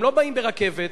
הם לא באים ברכבת,